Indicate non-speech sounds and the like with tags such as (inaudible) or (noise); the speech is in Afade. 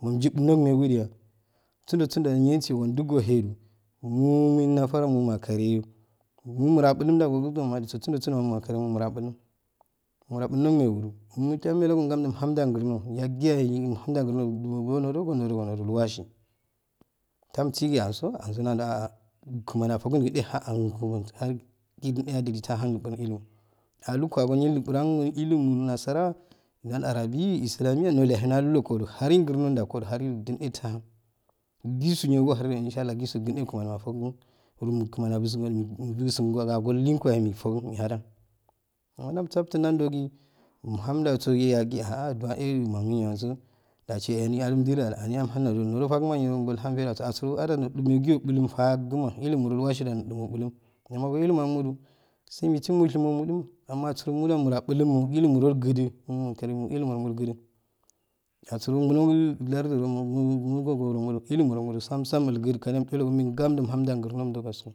mujidono megi jiya sundo sunjo nitsiyo ondogoye jo mona fareye makarayo yiro abulum yiro dalum yojo umchalago gamfu umnaja grno yakiyaye umhaja grno nobo nunjo ko nunjolwasi tam siga anso anso (hesitation) kmani afonjukinbe (hesitation) kinye adili tahan yan ilim allu kanyen inquran ilum nasara nul arabi islamiya nuleyane nuam rogo haran grno nangojo harijinye ta jisnju niro kun ohari inshall au usu kanye kmani mafukun kuro kmani abusukunju binsu akwal linkowa mefukun mehajan amma jamsaftun nun joki umh ando so yaki yaya (hesitation) yagaye nan josu chni anju jaiehni amhan jojo jo fagma bwhan fai jaso ansoro anja nojumekiyo sulum fagma ilumu wasijo no jumu bulum mumajollum amuju simochimo simo ju amma asoro mumja abulumwo ilumu jolgji moma kaneyo ilumn jol gije asoro muno larji (unintelligible) ilumurungumo samsam illqiji kaniya emmeye gamju umjamja qasko.